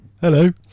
Hello